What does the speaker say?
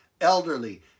elderly